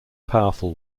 powerful